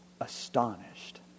astonished